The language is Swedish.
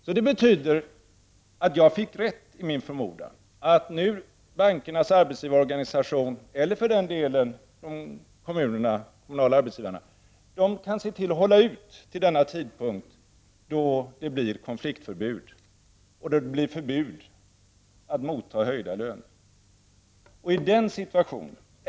Detta betyder att jag fick rätt i min förmodan att bankernas arbetsgivarorganisation, eller för den delen de kommunala arbetsgivarna, kan se till att hålla ut till den tidpunkt då det blir konfliktförbud och förbud att motta höjda löner.